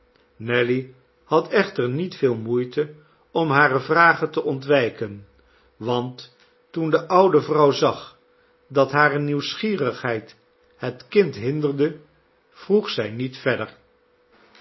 nelly had echter niet veel moeite om hare vragen te ontwijken want toen de oude vrouw zag dat hare nieuwsgierigheid het kind hinderde vroeg zij niet verder